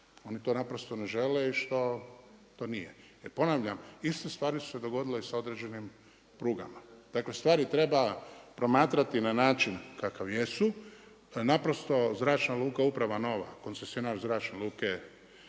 nešto što oni to ne žele i što to nije. Jer ponavljam, iste stvari su se dogodile i sa određenim prugama. Dakle stvari treba promatrati na način kakav jesu, da zračna luka uprava nova, koncesionar Zračne luke